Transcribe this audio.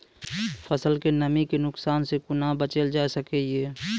फसलक नमी के नुकसान सॅ कुना बचैल जाय सकै ये?